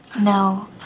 No